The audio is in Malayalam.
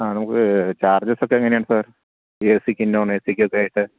ആ നമുക്ക് ചാര്ജസൊക്കെ എങ്ങനെയാണ് സാര് എ സിക്കും നോണ് എ സിക്കും ഒക്കെ ആയിട്ട്